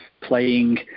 playing